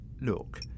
look